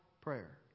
prayer